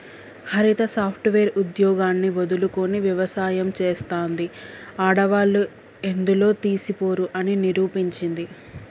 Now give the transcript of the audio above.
హరిత software ఉద్యోగాన్ని వదులుకొని వ్యవసాయం చెస్తాంది, ఆడవాళ్లు ఎందులో తీసిపోరు అని నిరూపించింది